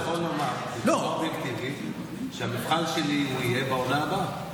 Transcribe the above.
אני יכול לומר אובייקטיבית שהמבחן שלי יהיה בעונה הבאה.